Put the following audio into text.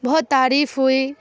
بہت تعریف ہوئی